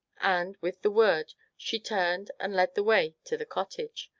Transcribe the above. and, with the word, she turned and led the way to the cottage.